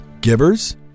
givers